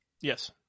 Yes